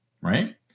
right